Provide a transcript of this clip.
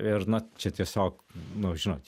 ir na čia tiesiog nu žinot